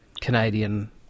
Canadian